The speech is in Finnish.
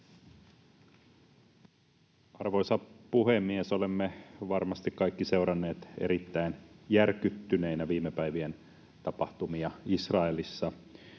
Arvoisa puhemies! Olemme varmasti kaikki seuranneet erittäin järkyttyneinä viime päivien tapahtumia Israelissa.